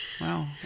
Wow